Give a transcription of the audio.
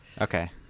Okay